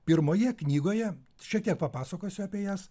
pirmoje knygoje šiek tiek papasakosiu apie jas